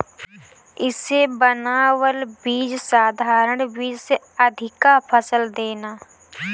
इसे बनावल बीज साधारण बीज से अधिका फसल देला